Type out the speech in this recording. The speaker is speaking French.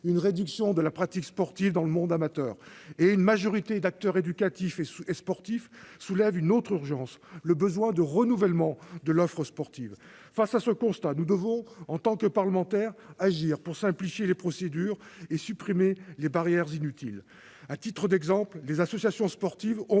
une réduction de la pratique sportive dans le monde amateur, et une majorité d'acteurs éducatifs et sportifs soulignent l'urgence du renouvellement de l'offre sportive. Face à ce constat, les parlementaires que nous sommes doivent agir pour simplifier les procédures et supprimer les barrières inutiles. À titre d'exemple, les associations sportives auront